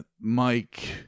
Mike